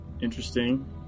interesting